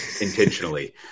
intentionally